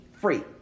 free